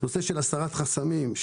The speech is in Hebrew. נושא של הסרת חסמים,